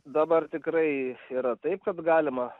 dabar tikrai yra taip kad galima